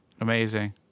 Amazing